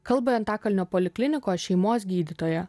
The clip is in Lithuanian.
kalba antakalnio poliklinikos šeimos gydytoja